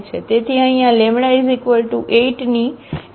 તેથી અહીં આ λ 8 ની એલજેબ્રિક મલ્ટીપ્લીસીટી 1 છે